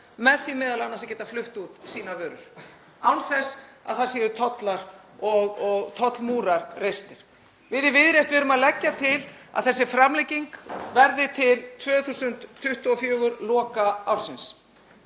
með því m.a. að geta flutt út sínar vörur án þess að það séu tollar og tollmúrar reistir. Við í Viðreisn erum að leggja til að þessi framlenging verði til loka ársins